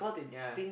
ya